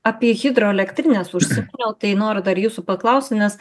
apie hidroelektrines užsipuola tai noriu dar jūsų paklaust nes